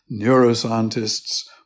neuroscientists